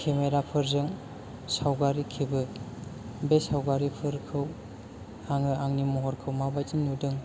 खेमेरा फोरजों सावगारि खेबो बे सावगारिफोरखौ आङो आंनि महरखौ माबायदि नुदों